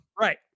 Right